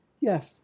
Yes